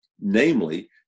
namely